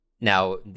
Now